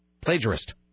Plagiarist